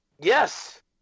Yes